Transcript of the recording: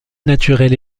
naturel